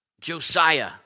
Josiah